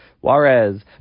Juarez